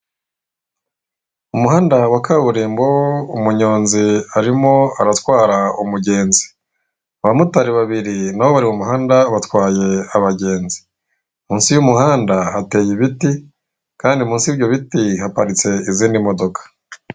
Umuhanda wa kaburimbo umunyonzi arimo aratwara umugenzi. Abamotari babiri nabo bari mu muhanda batwaye abagenzi. Mu nsi y'umuhanda hateye ibiti kandi mu nsi y'ibyo biti haparitse izindi modoka.